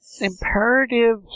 imperative